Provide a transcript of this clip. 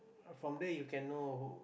from there you can know